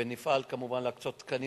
ונפעל, כמובן, להקצות תקנים.